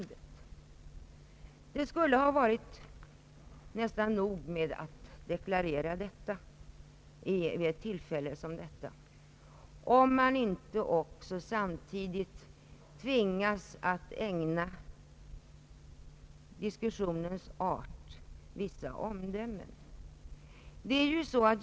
Det skulle nästan ha varit nog med denna deklaration vid ett tillfälle som detta om man inte också samtidigt tvingats att fälla vissa omdömen om diskussionens art.